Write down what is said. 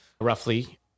roughly